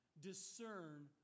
discern